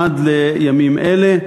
עד לימים אלה,